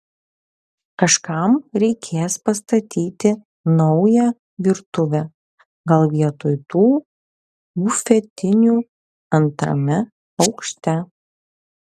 kažkam reikės pastatyti naują virtuvę gal vietoj tų bufetinių antrame aukšte